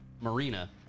Marina